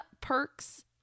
perks